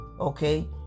okay